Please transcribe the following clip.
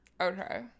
Okay